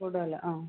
കൂടുതൽ ആ